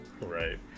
Right